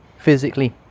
physically